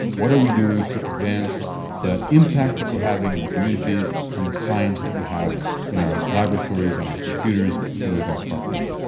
what are we doing to advance the impact that we're having in communities and the science that we have in our laboratories, on our computers, and with our partners.